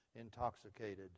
intoxicated